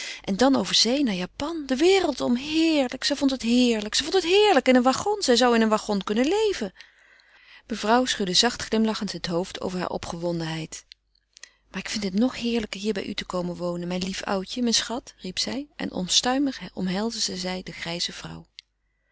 en dan over zee naar japan de wereld om heerlijk zij vond het heerlijk zij vond het heerlijk in een waggon zij zou in een waggon kunnen leven mevrouw schudde zacht glimlachend het hoofd over hare opgewondenheid maar ik vind het nog heerlijker hier bij u te komen wonen mijn lief oudje mijn schat riep zij en onstuimig omhelsde zij de grijze vrouw